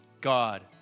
God